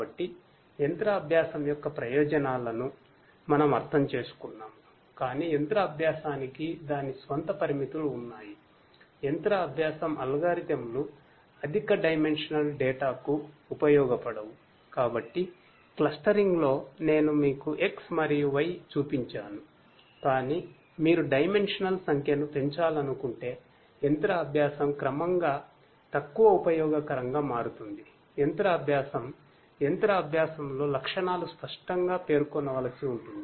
కాబట్టి machine learning లో లక్షణాలు స్పష్టంగా పేర్కొనవలసి ఉంటుంది